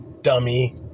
dummy